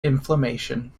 inflammation